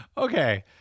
Okay